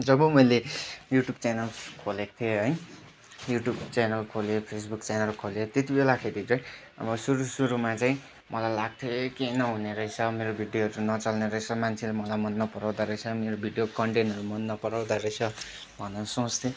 जब मैले YouTube channel खोलेको थिएँ है युट्युब च्यानल खोलेर फेसबुक च्यानल खोलेँ त्यति बेलाखेरि चाहिँ अब सुरु सुरुमा चाहिँ मलाई लाग्थ्यो यही केही नहुने रहेछ मेरो भिडियोहरू त नचल्ने रहेछ मान्छेहरू मलाई मन नपराउँदा रहेछ मेरो भिडियो कन्टेन्टहरू मन नपराउँदा रहेछ भनेर सोच्थेँ